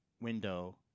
window